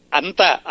anta